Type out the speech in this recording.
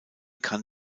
kann